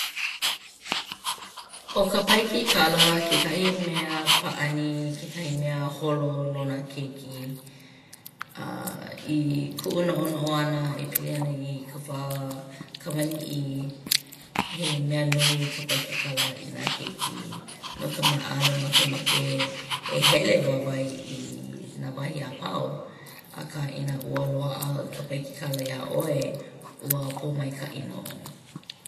ʻO ka paikikala kekahi mea pāʻani kekahi mea holo no nā keiki. A i kuʻu noʻonoʻo ʻana e pili ana i ka wā kamaliʻi he mea nui ka paikikala i nā keiki no ka mea ʻaʻale makemake e hele wāwae i nā wahi a pau akā inā ua loaʻa ka paikikala iā ʻoe ua pōmaikaʻi nō.